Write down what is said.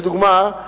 לדוגמה,